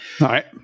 right